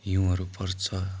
हिउँहरू पर्छ